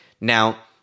Now